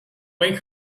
wake